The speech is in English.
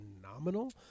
phenomenal